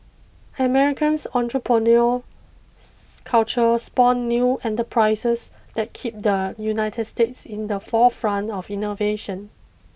America's entrepreneurial culture spawned new enterprises that keep the United States in the forefront of innovation